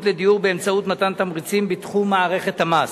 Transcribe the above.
לדיור באמצעות מתן תמריצים בתחום מערכת המס.